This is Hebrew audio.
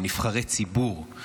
הם נבחרי ציבור,